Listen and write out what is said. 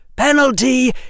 Penalty